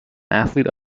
athlete